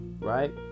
Right